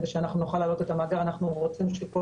כדי שנוכל להעלות את המאגר אנחנו רוצים שכל